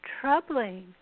troubling